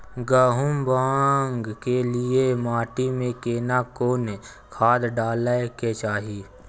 गहुम बाग के लिये माटी मे केना कोन खाद डालै के चाही?